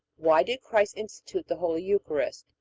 why did christ institute the holy eucharist?